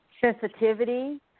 sensitivity